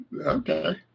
okay